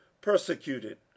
Persecuted